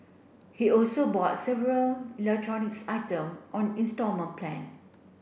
he also bought several electronics item on installment plan